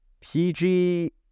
pg